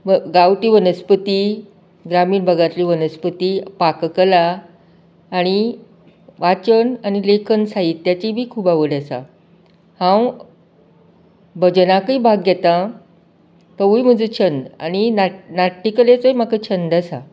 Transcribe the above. गांवठी वनस्पती ग्रामीण भागांतल्यो वनस्पती पाक कला आनी वाचन आनी लेखन साहित्याचीय बी खूब आवड आसा हांव भजनांतय भाग घेता तोवूय म्हजो छंद आनी ना नाट्य कलेचोय म्हाका छंद आसा